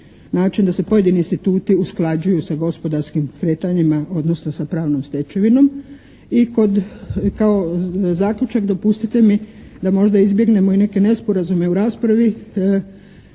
način da se pojedini instituti usklađuju sa gospodarskim kretanjima, odnosno sa pravnom stečevinom. I kao zaključak dopustite mi da možda izbjegnemo i neke nesporazume u raspravi.